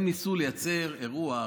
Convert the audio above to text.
הם ניסו לייצר אירוע,